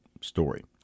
story